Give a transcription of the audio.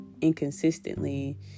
inconsistently